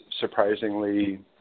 surprisingly